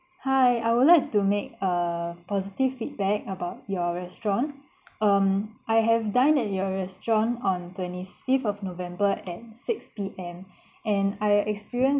hi I would like to make a positive feedback about your restaurant um I have dined at your restaurant on twenty fifth of november at six P_M and I experienced